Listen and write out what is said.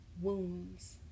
Wounds